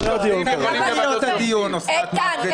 איתן,